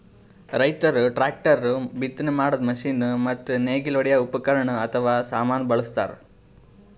ರೈತರ್ ಟ್ರ್ಯಾಕ್ಟರ್, ಬಿತ್ತನೆ ಮಾಡದ್ದ್ ಮಷಿನ್ ಮತ್ತ್ ನೇಗಿಲ್ ಹೊಡ್ಯದ್ ಉಪಕರಣ್ ಅಥವಾ ಸಾಮಾನ್ ಬಳಸ್ತಾರ್